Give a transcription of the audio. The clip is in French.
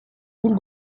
ville